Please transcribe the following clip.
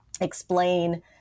explain